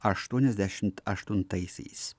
aštuoniasdešimt aštuntaisiais